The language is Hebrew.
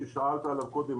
ששאלת עליו קודם,